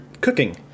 cooking